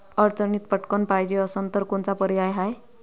अडचणीत पटकण पायजे असन तर कोनचा पर्याय हाय?